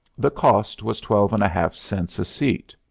the cost was twelve-and-a-half cents a seat.